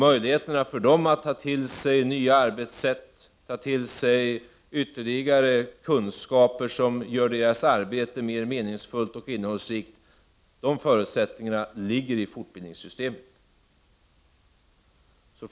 Möjligheterna för dem att ta till sig nya arbetssätt och ytterligare kunskaper som gör deras arbete mera meningsfullt och innehållsrikt ligger i fortbildningssystemet.